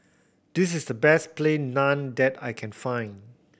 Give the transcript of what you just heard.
this is the best Plain Naan that I can find